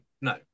No